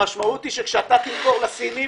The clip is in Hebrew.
המשמעות היא שכאשר אתה תמכור לסינים,